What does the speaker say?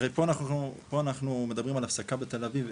הרי פה אנחנו מדברים על הפסקה בתל אביב,